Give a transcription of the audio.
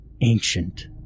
Ancient